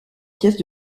pièces